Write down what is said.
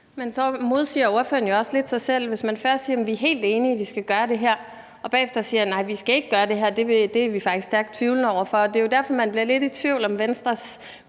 Så modsiger spørgeren jo også lidt selv, hvis han først siger, at vi er helt enige, og at vi skal gøre det her, og bagefter siger: Nej, vi skal ikke gøre det her; det er vi faktisk stærkt tvivlende over for. Det er jo derfor, man bliver lidt i tvivl om Venstres kurs